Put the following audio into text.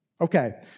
Okay